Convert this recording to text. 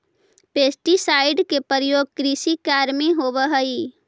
pesticide के प्रयोग कृषि कार्य में होवऽ हई